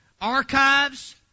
archives